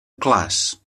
clars